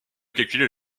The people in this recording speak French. calculer